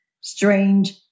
strange